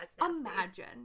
imagine